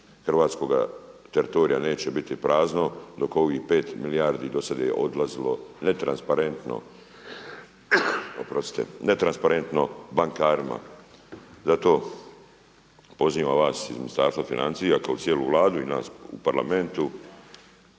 hrvatskoga teritorija neće biti prazno dok ovih pet milijardi, do sada je odlazilo ne transparentno bankarima. Zato pozivam vas iz Ministarstva financija kao i cijelu Vladu i nas u Parlamentu